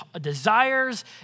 desires